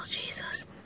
Jesus